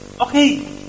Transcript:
okay